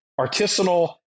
artisanal